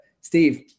Steve